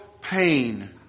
pain